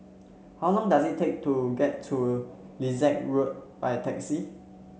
how long does it take to get to Lilac Road by taxi